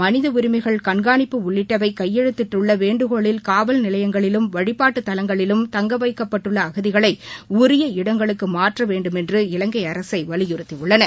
மனித உரிமைகள் கண்காணிப்பு உள்ளிட்டவை கையெழுத்திட்டுள்ள வேண்டுகோளில் காவல் நிலையங்களிலும் வழிபாட்டுத் தலங்களிலும் தங்க வைக்கப்பட்டுள்ள அகதிகளை உரிய இடங்களுக்கு மாற்ற வேண்டுமென்று இவங்கை அரசை வலியுறுத்தியுள்ளன